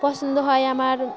পছন্দ হয় আমার